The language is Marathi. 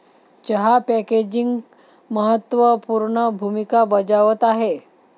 चहा पॅकेजिंग महत्त्व पूर्ण भूमिका बजावत आहे